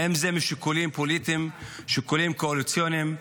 האם זה משיקולים פוליטיים, שיקולים קואליציוניים?